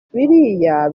biriya